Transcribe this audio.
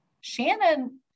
Shannon